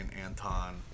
Anton